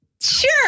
Sure